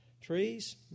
Trees